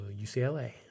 UCLA